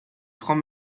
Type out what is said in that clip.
francs